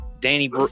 Danny